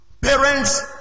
parents